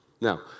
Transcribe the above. Now